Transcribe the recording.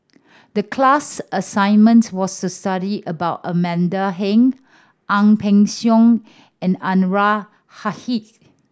the class assignment was to study about Amanda Heng Ang Peng Siong and Anwarul Haque